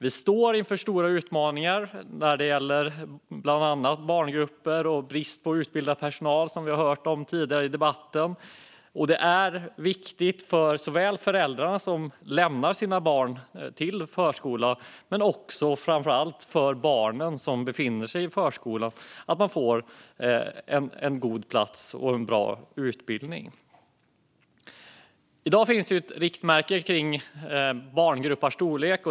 Vi står inför stora utmaningar med bland annat barngrupper och brist på utbildad personal, vilket vi hört om tidigare i debatten. Det är viktigt för föräldrarna som lämnar sina barn till förskolan men framför allt också för barnen som befinner sig i förskolan att platsen och utbildningen är bra. I dag finns det riktmärken för storleken på barngrupper.